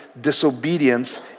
disobedience